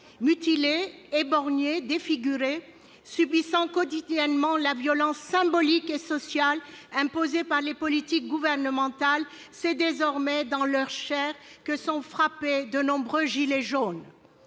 Mutilés, éborgnés, défigurés, subissant quotidiennement la violence symbolique et sociale imposée par les politiques gouvernementales, c'est désormais dans leur chair que sont frappés de nombreux « gilets jaunes